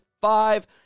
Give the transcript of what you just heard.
five